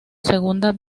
segunda